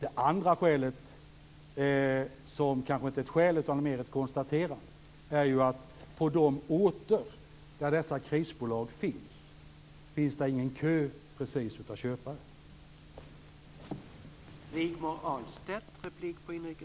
Ett annat skäl - eller snarare ett konstaterande - är att på de orter där krisbolagen finns, finns det ingen kö av köpare.